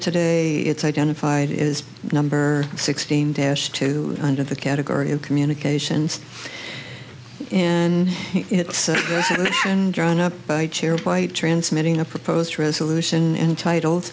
today it's identified as number sixteen dash two under the category of communications and it's been drawn up by chaired by transmitting a proposed resolution entitled